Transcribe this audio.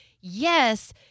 Yes